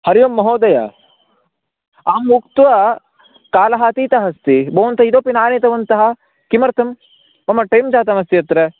हरि ओम् महोदय अहं उक्त्वा कालः अतीतः अस्ति भवन्तः इतोपि न आनीतवन्तः किमर्थं मम टैं जातम् अस्ति अत्र